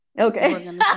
Okay